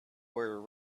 were